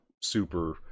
super